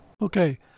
Okay